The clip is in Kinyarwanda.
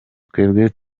twebwe